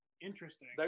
Interesting